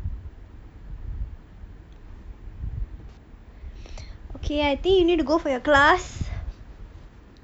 okay I think you need to go for your class